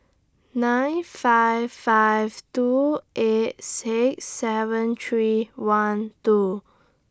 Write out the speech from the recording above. nine five five two eight six seven three one two